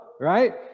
right